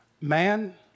Man